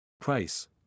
Price